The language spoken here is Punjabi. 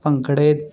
ਭੰਗੜੇ